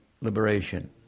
liberation